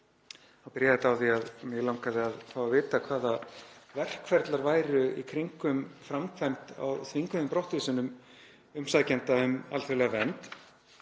þá byrjaði þetta á því að mig langaði að fá að vita hvaða verkferlar væru í kringum framkvæmd á þvinguðum brottvísunum umsækjenda um alþjóðlega vernd,